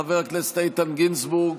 חבר הכנסת איתן גינזבורג,